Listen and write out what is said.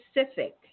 specific